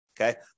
Okay